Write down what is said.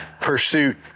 Pursuit